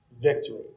victory